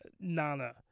Nana